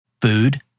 Food